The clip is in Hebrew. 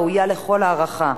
ראויה לכל הערכה.